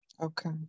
Okay